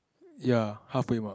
ya half way mark